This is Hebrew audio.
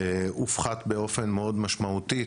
הופחת באופן מאוד משמעותי,